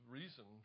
reason